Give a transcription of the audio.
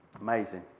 Amazing